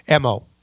MO